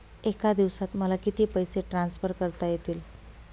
एका दिवसात मला किती पैसे ट्रान्सफर करता येतील?